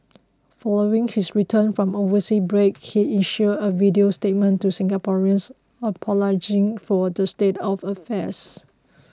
following his return from an overseas break he issued a video statement to Singaporeans apologising for the state of affairs